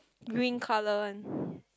doing colour one